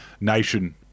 nation